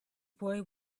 boy